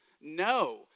No